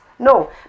No